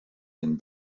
den